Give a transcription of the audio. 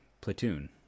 platoon